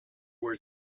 were